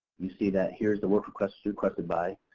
we see that here's the work request, requested by.